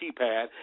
keypad